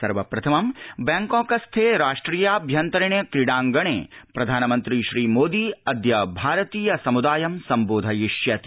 सर्वप्रथम बैंकॉकस्थे राष्ट्रियाभ्यन्तरीण क्रीडाङ्गणे प्रधानमन्त्री श्री मोदी अद्य भारतीय समुदायं संबोधयिष्यति